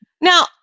now